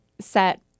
set